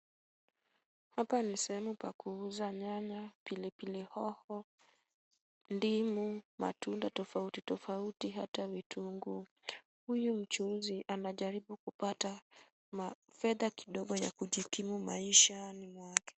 Hapa ni sehemu pa kuuza nyanya, pilipili hoho, ndimu, matunda tofauti tofauti, hata vitunguu. Huyu mchuuzi anajaribu kupata fedha kidogo ya kujikimu maishani mwake.